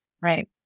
Right